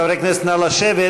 חברי הכנסת נא לשבת,